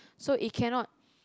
so it cannot